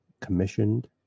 commissioned